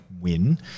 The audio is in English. win